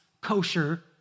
kosher